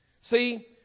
See